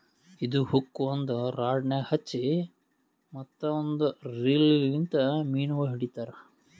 ಇದು ಹುಕ್ ಒಂದ್ ರಾಡಗ್ ಹಚ್ಚಿ ಮತ್ತ ಒಂದ್ ರೀಲ್ ಲಿಂತ್ ಮೀನಗೊಳ್ ಹಿಡಿತಾರ್